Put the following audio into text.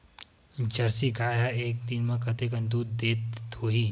Jersey गाय ह एक दिन म कतेकन दूध देत होही?